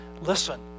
listen